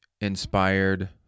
inspired